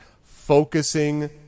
focusing